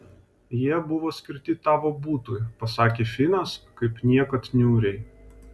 jie buvo skirti tavo butui pasakė finas kaip niekad niūriai